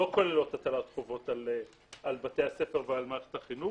לא כולל הטלת חובות על בתי הספר ועל מערכת החינוך.